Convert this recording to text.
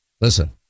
Listen